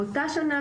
באותה שנה,